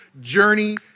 journey